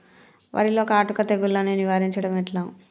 వరిలో కాటుక తెగుళ్లను నివారించడం ఎట్లా?